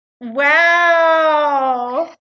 Wow